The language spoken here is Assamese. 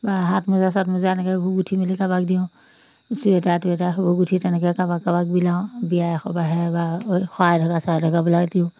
বা হাত মোজা চাত মোজা এনেকৈ সেইবোৰ গুঠি মেলি কাৰোবাক দিওঁ চুৱেটাৰ টুৱেটাৰ সেইবোৰ গুঠি তেনেকৈ কাৰোবাক কাৰোবাক বিলাও বিয়ায়ে সবাহে বা শৰাই ঢকা চৰাই ঢকাবিলাক দিওঁ